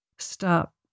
Stop